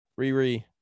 Riri